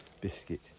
biscuit